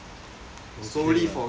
solely for gaming